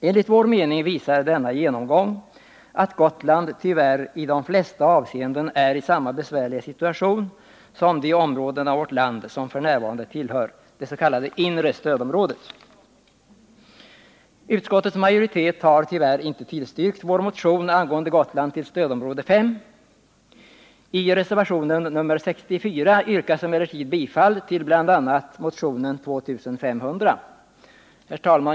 Enligt vår mening visar denna genomgång att Gotland tyvärr i de flesta avseenden är i samma besvärliga situation som de områden av vårt land som f.n. tillhör det s.k. inre stödområdet. Utskottets majoritet har tyvärr inte tillstyrkt vår motion om att Gotland skall föras till stödområde 5. I reservationen 64 yrkas emellertid bifall till bl.a. motionen 2500. Herr talman!